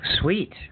Sweet